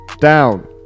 down